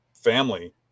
family